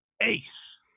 ace